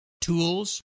tools